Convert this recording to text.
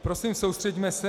Prosím, soustřeďme se.